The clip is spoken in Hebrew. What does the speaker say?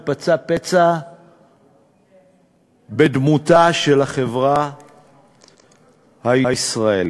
ופצע פצע בדמותה של החברה הישראלית.